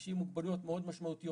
אנשים עם מוגבלויות מאוד משמעותיות.